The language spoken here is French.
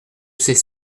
ces